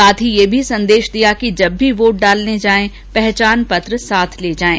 साथ ही ये सन्देश भी दिया कि जब भी वोट डालने जाएं पहचान पत्र साथ ले जाएं